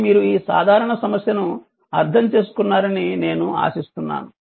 కాబట్టి మీరు ఈ సాధారణ సమస్యను అర్థం చేసుకున్నారని నేను ఆశిస్తున్నాను